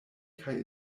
kaj